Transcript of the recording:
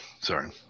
Sorry